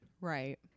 Right